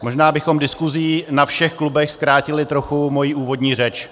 Možná bychom diskuzí na všech klubech zkrátili trochu moji úvodní řeč.